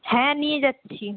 হ্যাঁ নিয়ে যাচ্ছি